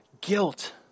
guilt